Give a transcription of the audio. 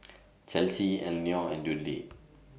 Chelsie Elenore and Dudley